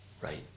right